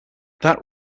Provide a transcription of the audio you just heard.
that